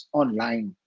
online